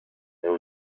there